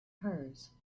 hers